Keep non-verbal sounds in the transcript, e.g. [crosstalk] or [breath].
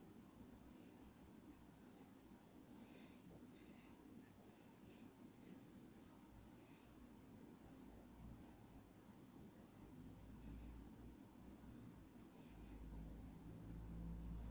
[breath]